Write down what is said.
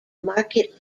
market